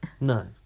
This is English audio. No